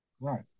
Right